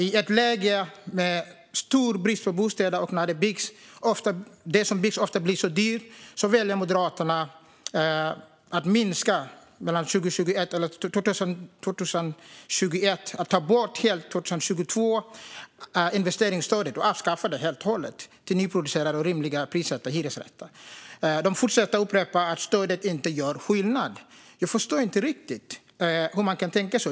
I ett läge med stor brist på bostäder och där det som byggs ofta blir dyrt väljer Moderaterna att 2021 minska och 2022 helt och hållet avskaffa investeringsstödet till nyproducerade och rimligt prissatta hyresrätter. De fortsätter att upprepa att stödet inte gör skillnad. Jag förstår inte riktigt hur man kan tänka så.